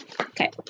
Okay